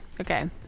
Okay